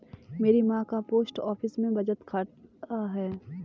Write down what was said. मेरी मां का पोस्ट ऑफिस में बचत खाता है